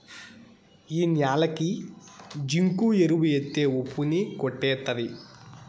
ఈ న్యాలకి జింకు ఎరువు ఎత్తే ఉప్పు ని కొట్టేత్తది